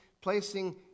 placing